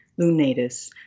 Lunatus